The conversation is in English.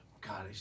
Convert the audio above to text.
God